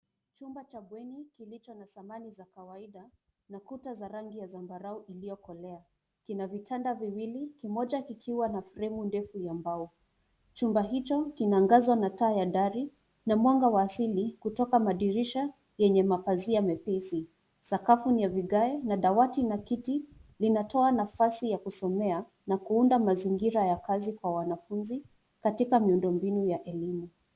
Chumba cha bweni kilicho na samani za kawaida, kina kuta za rangi ya zambarau iliyokolea. Kina vitanda viwili, kimoja kikiwa na fremu ndefu ya mbao. Chumba hicho kina angazo na taa ya dari, na mwanga wa asili kutoka madirisha yenye mapazia mepesi. Sakafu ni ya vigae, na dawati na kiti zinatoa nafasi ya kusomea, na kuunda mazingira ya kazi kwa wanafunzi, katika miundombinu ya elimu.